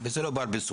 זה לא בר-ביצוע.